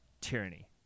tyranny